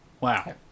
Wow